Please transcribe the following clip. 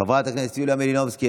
חברת הכנסת יוליה מלינובסקי,